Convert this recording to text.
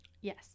Yes